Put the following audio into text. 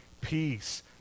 peace